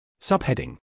Subheading